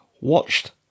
watched